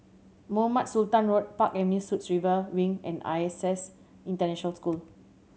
Mohamed Sultan Road Park Avenue Suites River Wing and I S S International School